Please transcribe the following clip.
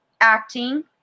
acting